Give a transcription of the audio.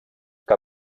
que